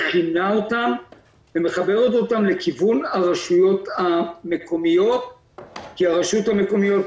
מכינה אותם ומחברת אותם לכיוון הרשויות המקומיות כי הרשויות המקומיות,